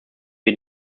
wir